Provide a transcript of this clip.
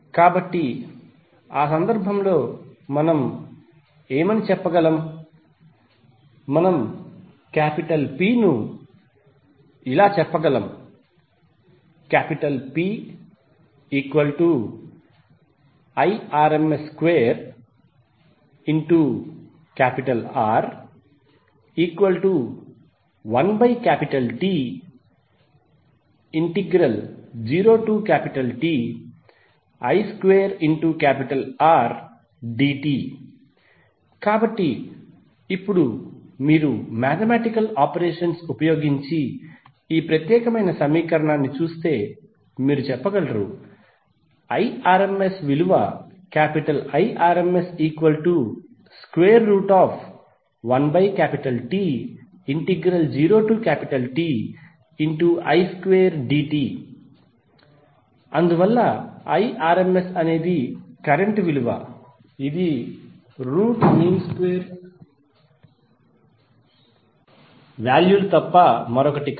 కాబట్టి ఆ సందర్భంలో మనం ఏమి చెప్పగలము మనం P ఇలా చెప్పగలం PIrms2R1T0Ti2Rdt కాబట్టి ఇప్పుడు మీరు మాథెమాటికల్ ఆపరేషన్స్ ఉపయోగించి ఈ ప్రత్యేకమైన సమీకరణాన్ని చూస్తే మీరు చెప్పగలరు Irms1T0Ti2dt అందువల్ల Irms అనేది కరెంట్ విలువ ఇది రూట్ మీన్ స్క్వేర్ వాల్యూలు తప్ప మరొకటి కాదు